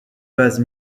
base